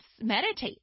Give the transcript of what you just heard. meditate